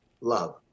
love